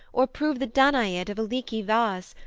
or prove the danaid of a leaky vase,